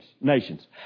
nations